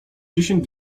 dziesięć